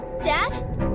Dad